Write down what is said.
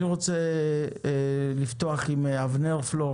אני רוצה לפתוח עם אבנר פלור,